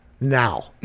Now